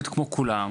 עומד כמו כולם,